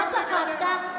מה ספגת?